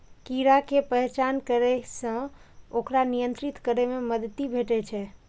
कीड़ा के पहचान करै सं ओकरा नियंत्रित करै मे मदति भेटै छै